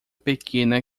pequena